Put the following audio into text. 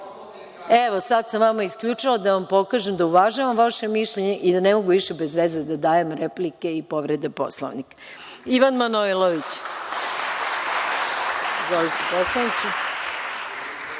…)Evo, sad sam vama isključila da vam pokažem da uvažavam vaše mišljenje i da ne mogu više bezveze da dajem replike i povrede Poslovnika. Reč ima narodni poslanik